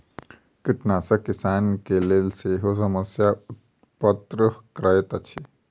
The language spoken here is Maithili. कृंतकनाशक किसानक लेल सेहो समस्या उत्पन्न करैत अछि